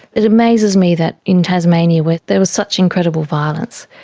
it amazes me that in tasmania, where there was such incredible violence,